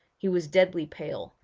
he was deadly pale,